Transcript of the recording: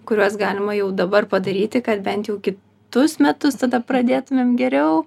kuriuos galima jau dabar padaryti kad bent jau kitus metus tada pradėtumėm geriau